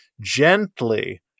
gently